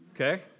okay